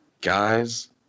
Guys